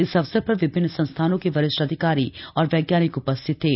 इस अवसर पर विभिन्न संस्थानों के वरिष्ठ अधिकारी और वैज्ञानिक उपस्थित थे